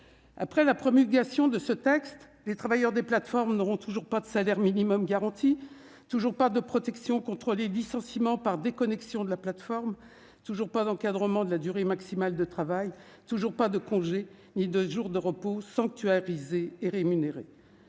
Après la promulgation de ce texte, les travailleurs des plateformes n'auront toujours pas de salaire minimum garanti, toujours pas de protection contre les licenciements par déconnexion de la plateforme, toujours pas d'encadrement de la durée maximale de travail, toujours pas de congés ni de jours de repos sanctuarisés et rémunérés.